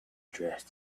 dressed